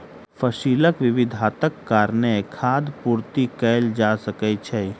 फसीलक विविधताक कारणेँ खाद्य पूर्ति कएल जा सकै छै